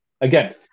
Again